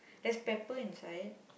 there's pepper inside